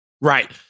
Right